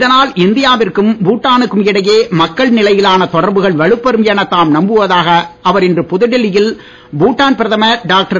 இதனால் இந்தியா விற்கும் பூடா னுக்கும் இடையே மக்கள் நிலையிலான தொடர்புகள் வலுப்பெறும் எனத் தாம் நம்புவதாக அவர் இன்று புதுடில்லி யில் பூடான் பிரதமர் டாக்டர்